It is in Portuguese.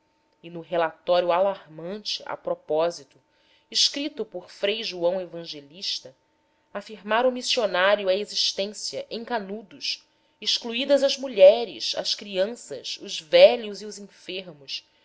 e no relatório alarmante a propósito escrito por frei joão evangelista afirmara o missionário a existência em canudos excluídas as mulheres as crianças os velhos e os enfermos